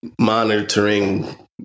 monitoring